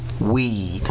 weed